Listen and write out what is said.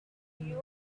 you